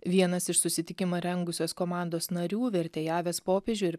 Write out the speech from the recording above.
vienas iš susitikimą rengusios komandos narių vertėjavęs popiežiui ir